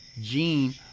Gene